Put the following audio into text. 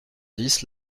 dix